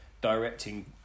directing